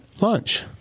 lunch